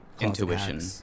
Intuition